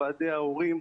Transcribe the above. ועדי ההורים,